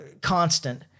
constant